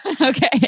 Okay